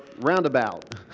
roundabout